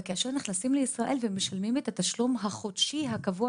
כאשר נכנסים לישראל ומשלמים את התשלום החודשי הקבוע